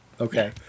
okay